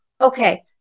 Okay